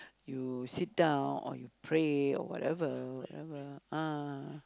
you sit down or you pray or whatever whatever ah